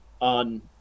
on